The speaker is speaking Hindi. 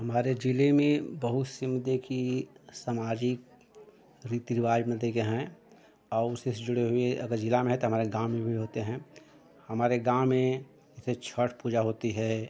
हमारे ज़िले मे बहुत सिम देखी समाजिक रीति रिवाज मिलते ग्या हैं और उसी से जुड़े हुए अगर ज़िला मे हैं तो हमारे गाँव में भी होते हैं हमारे गाँव में जैसे छठ पूजा होती है